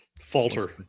falter